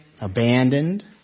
Abandoned